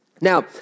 Now